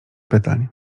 pytań